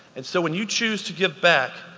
and so when you choose to give back,